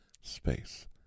space